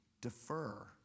defer